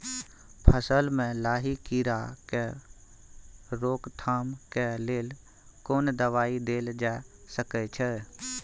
फसल में लाही कीरा के रोकथाम के लेल कोन दवाई देल जा सके छै?